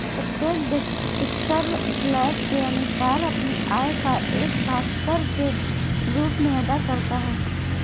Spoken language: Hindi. प्रत्येक व्यक्ति कर स्लैब के अनुसार अपनी आय का एक भाग कर के रूप में अदा करता है